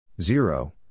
Zero